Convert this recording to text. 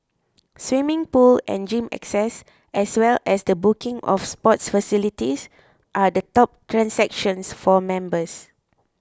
swimming pool and gym access as well as the booking of sports facilities are the top transactions for members